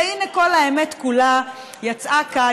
והינה, כל האמת כולה יצאה כאן.